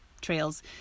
trails